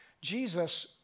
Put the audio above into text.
Jesus